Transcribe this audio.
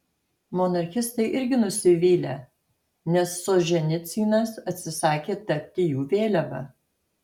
monarchistai irgi nusivylę nes solženicynas atsisakė tapti jų vėliava